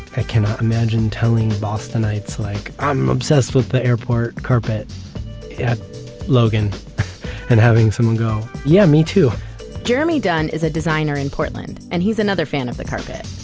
i cannot imagine telling bostonites like, i'm obsessed with the airport carpet at logan and having someone go, yeah, me too jeremy dunn is a designer in portland and he's another fan of the carpet.